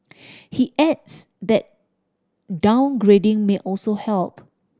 he adds that downgrading may also help